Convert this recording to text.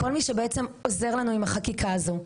כל מי שבעצם עוזר לנו עם החקיקה הזו.